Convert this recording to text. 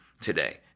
today